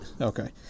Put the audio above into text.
okay